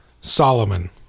Solomon